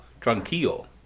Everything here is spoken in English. Tranquillo